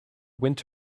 went